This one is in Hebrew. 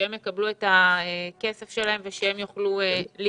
שהם יקבלו את הכסף שלהם ושהם יוכלו להתמודד